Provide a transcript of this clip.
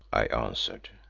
i answered.